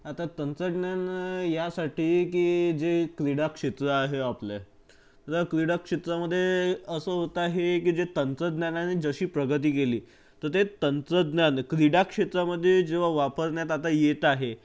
आता तंत्रज्ञान यासाठी की जे क्रीडाक्षेत्र आहे आपलं त्या क्रीडाक्षेत्रामध्ये असं होत आहे की जे तंत्रज्ञानाने जशी प्रगती केली तर ते तंत्रज्ञान क्रीडाक्षेत्रामध्ये जेव्हा वापरण्यात आता येत आहे